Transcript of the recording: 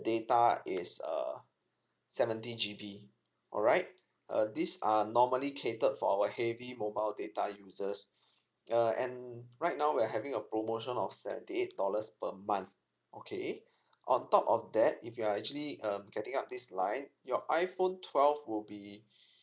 data is uh seventy G_B alright uh this are normally catered for our heavy mobile data uses err and right now we're having a promotion of seventy eight dollars per month okay on top of that if you are actually um getting up this line your iphone twelve will be